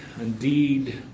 indeed